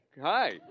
Hi